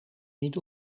niet